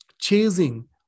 chasing